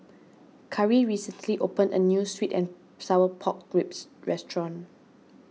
Cari recently opened a New Sweet and Sour Pork Ribs Restaurant